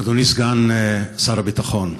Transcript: אדוני סגן שר הביטחון,